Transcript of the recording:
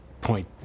point